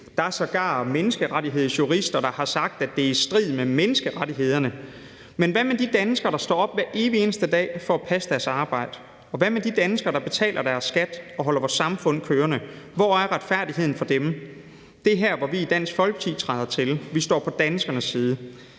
Der er sågar menneskerettighedsjurister, der har sagt, at det er i strid med menneskerettighederne. Men hvad med de danskere, der står op hver evig eneste dag for at passe deres arbejde? Hvad med de danskere, der betaler deres skat og holder vores samfund kørende? Hvor er retfærdigheden for dem? Det er her, hvor vi i Dansk Folkeparti træder til. Vi står på danskernes side.